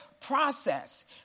process